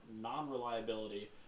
non-reliability